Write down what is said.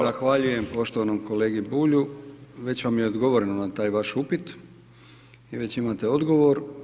Zahvaljujem poštovanom kolegi Bulju, već vam je odgovoreno na taj vaš upit i već imate odgovor.